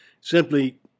Simply